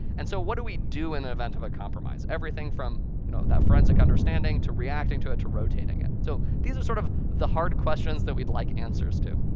and so what do we do in the event of a compromise, everything from you know that forensic understanding, to reacting to it, to rotating it? so these are sort of the hard questions that we'd like answers to.